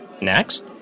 next